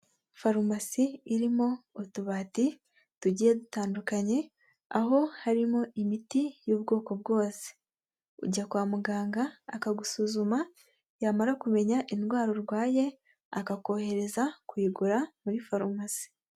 Farumasi irimo utubati tugiye dutandukanye aho harimo imiti y'ubwoko bwose, ujya kwa muganga akagusuzuma yamara kumenya indwara urwaye akakohereza kuyigura muri faromasi.